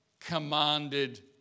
commanded